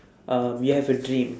um you have a dream